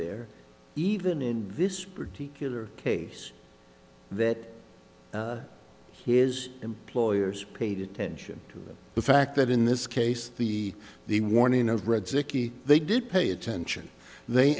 there even in this particular case that his employers paid attention to the fact that in this case the the warning of red sickie they did pay attention they